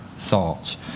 Thoughts